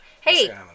hey